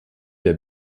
der